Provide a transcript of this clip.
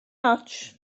ots